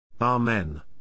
Amen